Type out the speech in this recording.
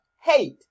Hate